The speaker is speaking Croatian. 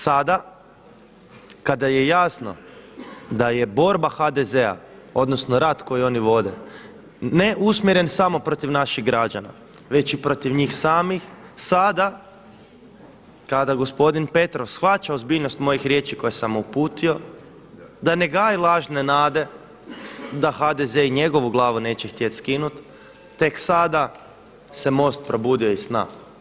Sada, kada je jasno da je borba HDZ-a, odnosno rat koji oni vode ne usmjeren samo protiv naših građana već i protiv njih samih, sada kada gospodin Petrov shvaća ozbiljnost mojih riječi koje sam mu uputio da ne gaji lažne nade da HDZ i njegovu glavu neće htjeti skinuti, tek sada se MOST probudio iz sna.